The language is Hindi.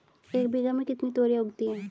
एक बीघा में कितनी तोरियां उगती हैं?